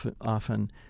often